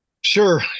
Sure